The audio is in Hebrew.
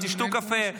תשתו קפה.